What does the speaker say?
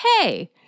Hey